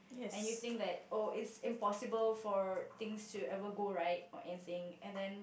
and you think that oh it's impossible for things to ever go right or anything and then